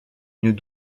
une